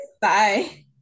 Bye